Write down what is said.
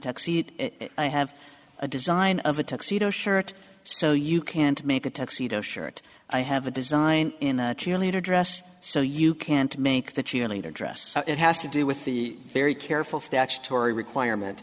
seat i have a design of a tuxedo shirt so you can't make a tuxedo shirt i have a design in the cheerleader dress so you can't make the cheerleader dress it has to do with the very careful statutory requirement